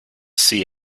see